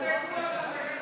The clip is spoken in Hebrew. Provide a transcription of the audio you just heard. תן לי שר נורבגי.